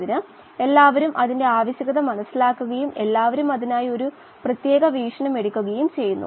വായു പൂർണ്ണമായും പൂരിതമാകുമ്പോൾ അത് 100 ശതമാനം പൂരിതമാണെന്ന് നിങ്ങൾ പറയുന്നു